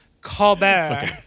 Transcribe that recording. Colbert